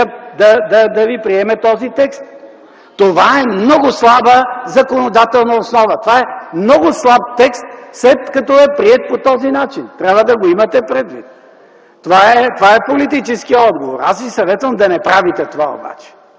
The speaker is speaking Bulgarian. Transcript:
да Ви приеме този текст. Това е много слаба законодателна основа. Това е много слаб текст, след като е приет по този начин. Трябва да го имате предвид. Това е политически отговор. Аз Ви съветвам да не правите това обаче.